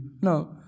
No